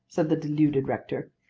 said the deluded rector.